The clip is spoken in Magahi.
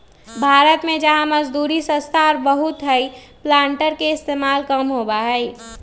भारत में जहाँ मजदूरी सस्ता और बहुत हई प्लांटर के इस्तेमाल कम होबा हई